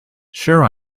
sure